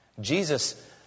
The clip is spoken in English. Jesus